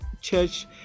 church